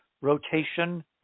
Rotation